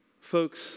Folks